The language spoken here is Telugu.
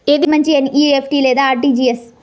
ఏది మంచి ఎన్.ఈ.ఎఫ్.టీ లేదా అర్.టీ.జీ.ఎస్?